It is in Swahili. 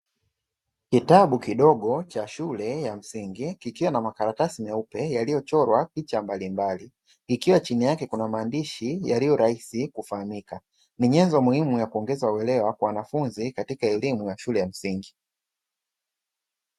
Kitabu kidogo cha shule ya msingi kikiwa na makaratasi meupe yaliyochorwa picha mbalimbali, ikiwa chini yake kuna maandishi yaliyo rahisi kufahamika. Ni nyenzo muhimu ya kuongeza uelewa kwa wanafunzi katika elimu ya shule ya msingi.